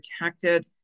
protected